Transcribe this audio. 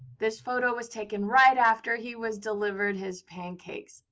this photo was taken right after he was delivered his pancakes.